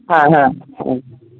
হ্যাঁ হ্যাঁ